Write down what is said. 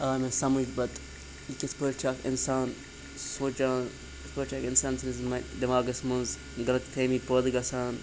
آ مےٚ سمٕجھ پتہٕ کہِ کِتھ پٲٹھۍ چھِ اَکھ اِنسان سونٛچان کِتھ پٲٹھۍ چھِ اَکھ اِنسان سٕنٛدِس دٮ۪ماغَس منٛز غلط فیمی پٲدٕ گژھان